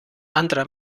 anderer